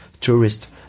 tourists